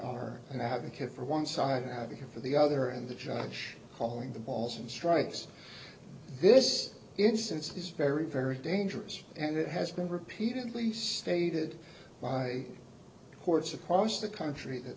are an advocate for one side having her for the other and the judge calling the balls and strikes this instance is very very dangerous and it has been repeatedly stated by courts across the country that